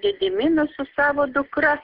gediminas su savo dukra